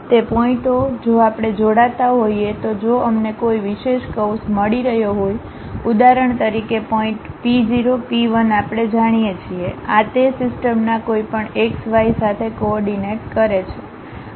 તે પોઇન્ટઓ જો આપણે જોડાતા હોઈએ તો જો અમને કોઈ વિશેષ કર્વ્સ મળી રહ્યો હોય ઉદાહરણ તરીકે પોઇન્ટp0 p 1 આપણે જાણીએ છીએ કે આ તે સિસ્ટમના કોઈપણ એક્સ વાય સાથે કોઓર્ડિનેટ્ કરે છે